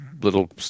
little